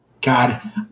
God